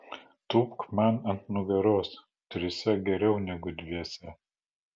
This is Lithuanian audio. tūpk man ant nugaros trise geriau negu dviese